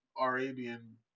Arabian